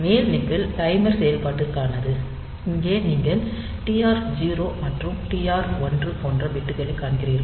மேல் nibble timer செயல்பாட்டிற்கானது இங்கே நீங்கள் TR 0 மற்றும் TR 1 போன்ற பிட்களைக் காண்கிறீர்கள்